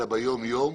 אלא ביום-יום.